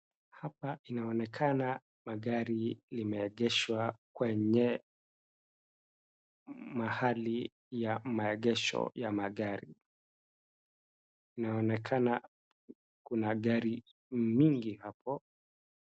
Hapa inaonekana magari imeegeshwa kwenye mahali ya maegesho ya magari. Inaonekana kuna gari mingi hapo.